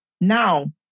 now